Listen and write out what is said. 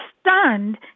stunned